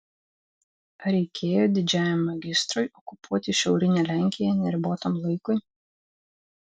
ar reikėjo didžiajam magistrui okupuoti šiaurinę lenkiją neribotam laikui